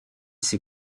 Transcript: ses